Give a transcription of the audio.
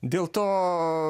dėl to